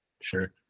Sure